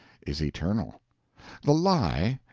is eternal the lie,